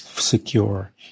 secure